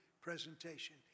presentation